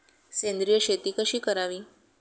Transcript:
सेंद्रिय शेती कशी करावी?